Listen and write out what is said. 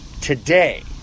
today